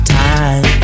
time